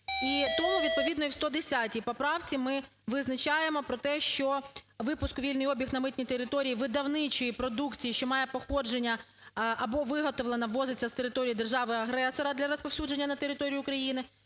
тому, відповідно, і в 110 поправці ми визначаємо про те, що випуск у вільний обіг на митній території видавничої продукції, що має походження або виготовлена (ввозиться) з території держави-агресора для розповсюдження на території України,